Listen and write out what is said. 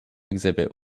exhibit